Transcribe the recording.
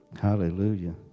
hallelujah